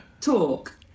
talk